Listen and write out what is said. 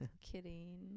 Kidding